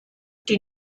die